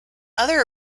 other